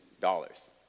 dollars